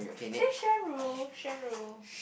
say Shen ru Shen ru